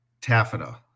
taffeta